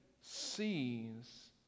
sees